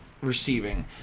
receiving